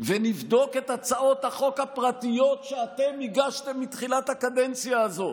ונבדוק את הצעות החוק הפרטיות שאתם הגשתם מתחילת הקדנציה הזאת,